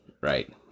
right